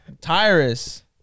Tyrus